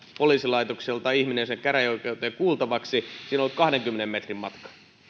poliisilaitokselta ihminen sinne käräjäoikeuteen kuultavaksi sinne on ollut kahdenkymmenen metrin matka